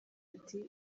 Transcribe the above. ati